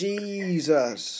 Jesus